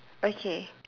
okay